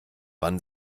wann